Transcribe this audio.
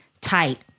tight